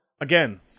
Again